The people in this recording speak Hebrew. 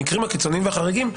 המקרים הקיצוניים והחריגים,